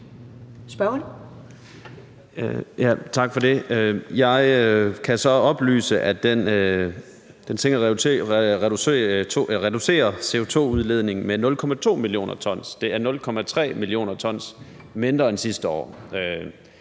Jeg kan så oplyse, at den reducerer CO2-udledningen med 0,2 mio. t. Det er 0,3 mio. t mindre end sidste år.